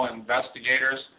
investigators